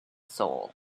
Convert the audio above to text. soul